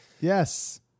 Yes